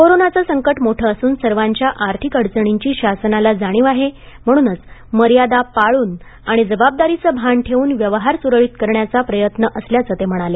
कोरोनाचं संकट मोठे असून सर्वांच्या आर्थिक अडचणींची शासनाला जाणीव आहे म्हणूनच मर्यादा पाळून आणि जबाबदारीचं भान ठेवून व्यवहार सुरळीत करण्याचा प्रयत्न असल्याचं ते म्हणाले